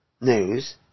news